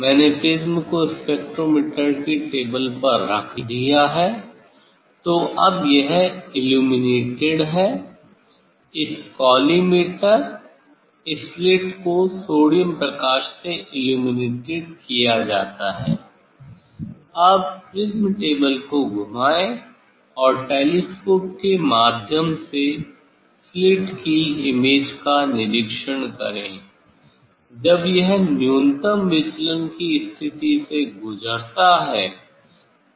मैंने प्रिज़्म को स्पेक्ट्रोमीटर की टेबल पर रख दिया है तो अब यह इल्लुमिनटेड है इस कॉलीमेटर इस स्लिट को सोडियम प्रकाश से इल्लुमिनटेड किया जाता है अब प्रिज्म टेबल को घुमाएं और टेलीस्कोप के माध्यम से स्लिट की इमेज का निरीक्षण करें जब यह न्यूनतम विचलन की स्थिति से गुजरता है